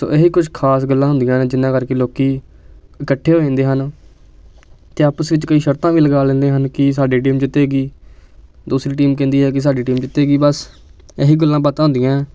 ਅਤੇ ਇਹ ਕੁਝ ਖਾਸ ਗੱਲਾਂ ਹੁੰਦੀਆਂ ਨੇ ਜਿਹਨਾਂ ਕਰਕੇ ਲੋਕ ਇਕੱਠੇ ਹੋ ਜਾਂਦੇ ਹਨ ਅਤੇ ਆਪਸ ਵਿੱਚ ਕਈ ਸ਼ਰਤਾਂ ਵੀ ਲਗਾ ਲੈਂਦੇ ਹਨ ਕਿ ਸਾਡੀ ਟੀਮ ਜਿੱਤੇਗੀ ਦੂਸਰੀ ਟੀਮ ਕਹਿੰਦੀ ਹੈ ਕਿ ਸਾਡੀ ਟੀਮ ਜਿੱਤੇਗੀ ਬੱਸ ਇਹੀ ਗੱਲਾਂ ਬਾਤਾਂ ਹੁੰਦੀਆਂ